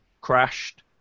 crashed